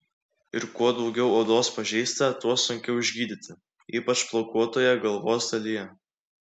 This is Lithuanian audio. ir kuo daugiau odos pažeista tuo sunkiau išgydyti ypač plaukuotoje galvos dalyje